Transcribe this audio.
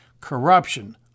Corruption